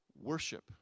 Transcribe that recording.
worship